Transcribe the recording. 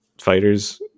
fighters